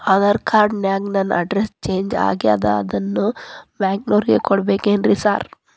Aadhaar card ನ್ಯಾಗ ನನ್ address change ಆಗ್ಯಾದ ಅದನ್ನ ಬ್ಯಾಂಕಿನೊರಿಗೆ ಕೊಡ್ಬೇಕೇನ್ರಿ ಸಾರ್?